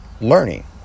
learning